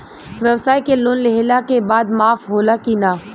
ब्यवसाय के लोन लेहला के बाद माफ़ होला की ना?